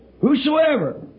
whosoever